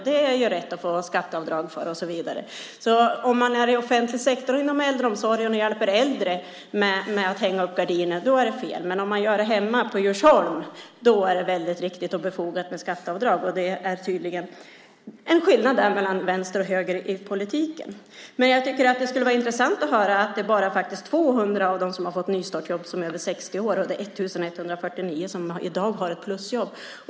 Det är tydligen rätt att ge skatteavdrag för det. Om man arbetar i offentlig sektor, inom äldreomsorgen, och hjälper äldre med att hänga upp gardiner, då är det fel. Men om man gör det i ett hem på Djursholm, då är det riktigt och befogat med skatteavdrag. Det är tydligen skillnad mellan vänster och höger i den politiken. Det är bara 200 av dem som har fått nystartsjobb som är över 60 år och det är 1 149 som i dag har ett plusjobb.